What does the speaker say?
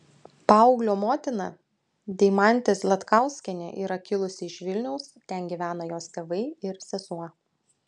paauglio motina deimantė zlatkauskienė yra kilusi iš vilniaus ten gyvena jos tėvai ir sesuo